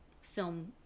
film